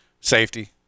safety